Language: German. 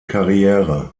karriere